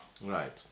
Right